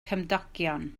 cymdogion